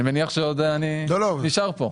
אני מניח שעוד אני נשאר פה.